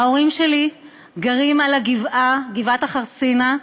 ההורים שלי גרים על הגבעה, גבעת-החרסינה,